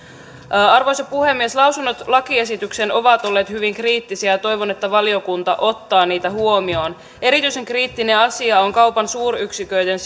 arvoisa puhemies lausunnot lakiesitykseen ovat olleet hyvin kriittisiä ja toivon että valiokunta ottaa niitä huomioon erityisen kriittinen asia on kaupan suuryksiköiden